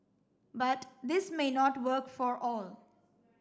but this may not work for all